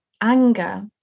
anger